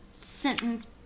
sentence